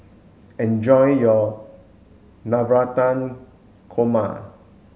enjoy your Navratan Korma